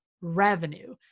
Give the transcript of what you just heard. revenue